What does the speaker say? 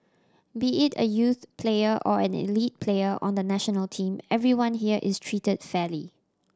be it a youth player or an elite player on the national team everyone here is treated fairly